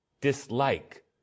dislike